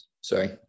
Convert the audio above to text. sorry